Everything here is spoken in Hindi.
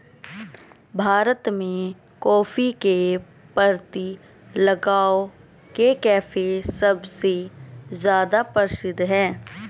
भारत में, कॉफ़ी के प्रति लगाव के कारण, कॉफी के कैफ़े सबसे ज्यादा प्रसिद्ध है